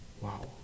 Wow